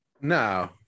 No